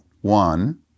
one